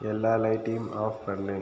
எல்லா லைட்டையும் ஆஃப் பண்ணு